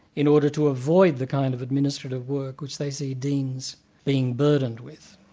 in order to avoid the kind of administrative work which they see deans being burdened with.